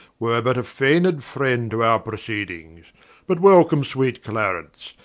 were but a fained friend to our proceedings but welcome sweet clarence,